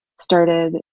started